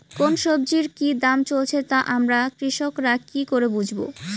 কোন সব্জির কি দাম চলছে তা আমরা কৃষক রা কি করে বুঝবো?